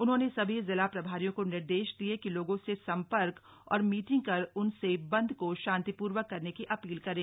उन्होंने सभी जिला प्रभारियों को निर्देश दिये कि लोगों से संपर्क और मीटिंग कर उनसे बन्द को शान्तिपूर्वक करने की अपील करें